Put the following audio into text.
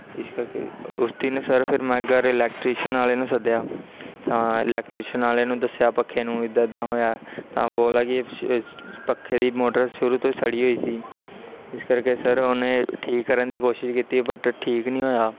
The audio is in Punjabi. ਇਸ ਕਰਕੇ ਉਸ ਦਿਨ ਸਰ ਫਿਰ ਮੈਂ ਘਰ ਇਲੈਕਟਰੀਸ਼ਨ ਵਾਲੇ ਨੂੰ ਸੱਦਿਆ ਤਾਂ ਇਲੈਕਟਰੀਸ਼ਨ ਵਾਲੇ ਨੂੰ ਦੱਸਿਆ ਪੱਖੇ ਨੂੰ ਇੱਦਾਂ ਇੱਦਾਂ ਹੋਇਆ ਤਾਂ ਬੋਲਦਾ ਕਿ ਪੱਖੇ ਦੀ ਮੋਟਰ ਸ਼ੁਰੂ ਤੋਂ ਸੜੀ ਹੋਈ ਸੀ ਇਸ ਕਰਕੇ ਸਰ ਉਹਨੇ ਠੀਕ ਕਰਨ ਦੀ ਕੋਸ਼ਿਸ਼ ਕੀਤੀ ਬਟ ਠੀਕ ਨਹੀਂ ਹੋਇਆ